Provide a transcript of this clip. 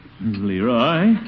Leroy